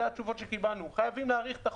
זה התשובות שקיבלנו חייבים להאריך את החוק,